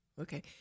okay